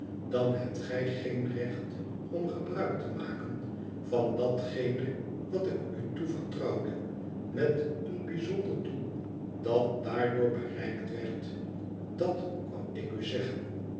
dan hebt gij geen recht om gebruik te maken van datgene wat ik u toevertrouwde met een bijzonder doel dat daardoor be reikt werd dat kwam ik u zeggen